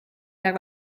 per